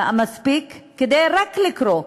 המספיק רק כדי לקרוא,